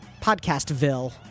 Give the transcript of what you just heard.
Podcastville